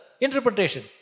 interpretation